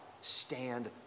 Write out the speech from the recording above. stand